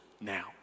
now